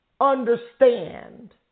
understand